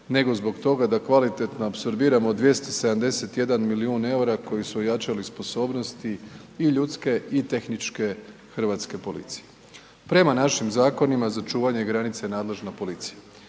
nego zbog toga da kvalitetno apsorbiramo 271 milijun EUR-a koji su ojačali sposobnosti i ljudske i tehničke hrvatske policije. Prema našim zakonima za čuvanje granice je nadležna policija